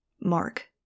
Mark